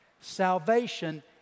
salvation